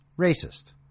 racist